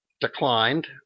declined